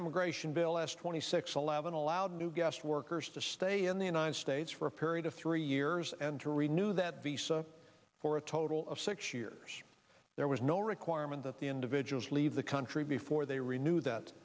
immigration bill s twenty six eleven allowed new guest workers to stay in the united states for a period of three years and to renew that visa for a total of six years there was no requirement that the individuals leave the country before they renew that